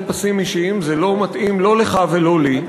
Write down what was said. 15 מתנגדים, ואין נמנעים.